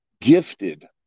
gifted